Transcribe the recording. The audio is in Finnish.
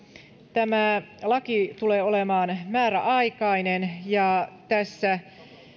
tämä laki tulee olemaan määräaikainen tässä